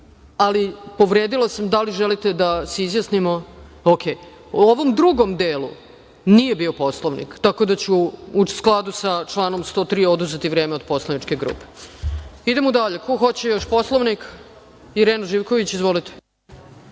i do Bugara. Da li želite da se izjasnimo? U redu.U drugom delu nije bio Poslovnik. Tako da ću u skladu sa članom 103. oduzeti vreme od poslaničke grupe. Idemo dalje. Ko hoće Poslovnik? Irena Živković, izvolite.